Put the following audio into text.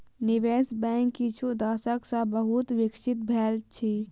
निवेश बैंक किछ दशक सॅ बहुत विकसित भेल अछि